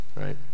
right